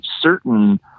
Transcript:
certain